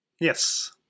Yes